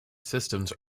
systems